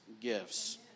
gifts